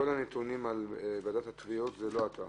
כל הנתונים על ועדת התביעות זה לא אתה?